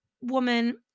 woman